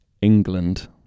England